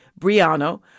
Briano